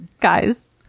guys